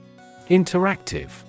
Interactive